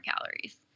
calories